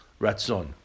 Ratzon